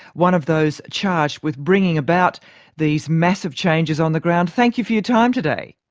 one of those charged with bringing about these massive changes on the ground. thank you for your time today.